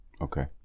Okay